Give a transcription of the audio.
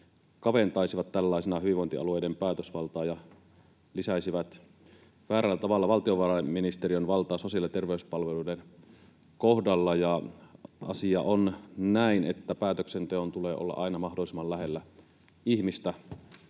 kaventaisivat hyvinvointialueiden päätösvaltaa ja lisäisivät väärällä tavalla valtiovarainministeriön valtaa sosiaali- ja terveyspalveluiden kohdalla. Ja asia on näin, että päätöksenteon tulee olla aina mahdollisimman lähellä ihmistä,